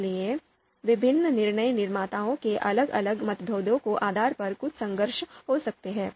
इसलिए विभिन्न निर्णय निर्माताओं के अलग अलग मतभेदों के आधार पर कुछ संघर्ष हो सकते हैं